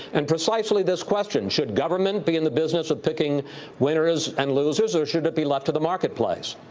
and precisely this question. should government be in the business of picking winners and losers, or should it be left to the market place?